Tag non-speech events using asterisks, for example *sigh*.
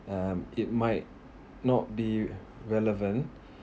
um it might not be relevant *breath*